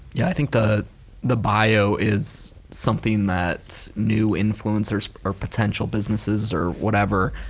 yeah i think the the bio is something that new influencers or potential businesses or whatever,